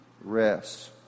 rest